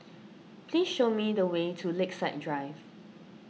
please show me the way to Lakeside Drive